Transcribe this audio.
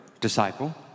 disciple